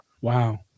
wow